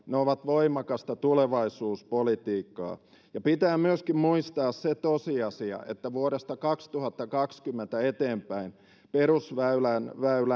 ne ovat voimakasta tulevaisuuspolitiikkaa pitää myöskin muistaa se tosiasia että vuodesta kaksituhattakaksikymmentä eteenpäin perusväylän